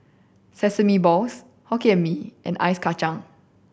Sesame Balls Hokkien Mee and Ice Kachang